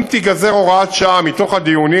אם תיגזר הוראת שעה מתוך הדיונים,